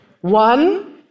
One